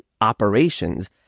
operations